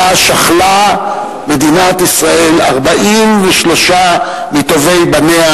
שבה שכלה מדינת ישראל 43 מטובי בניה,